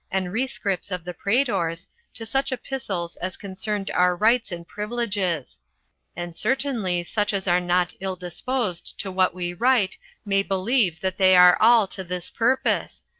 and rescripts of the praetors, to such epistles as concerned our rights and privileges and certainly such as are not ill-disposed to what we write may believe that they are all to this purpose,